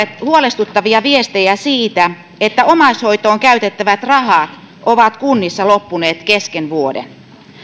huolestuttavia viestejä siitä että omaishoitoon käytettävät rahat ovat kunnissa loppuneet kesken vuoden